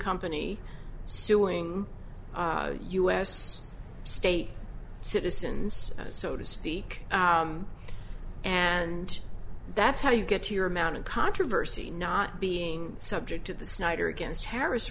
company suing us state citizens so to speak and that's how you get your amount of controversy not being subject to the snyder against terrorists